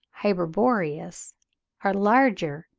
hyperboreus are larger,